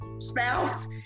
spouse